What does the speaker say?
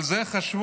על זה חשבו?